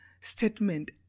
statement